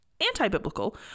anti-biblical